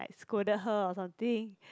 scolded her or something